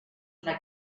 una